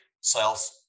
sales